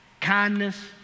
kindness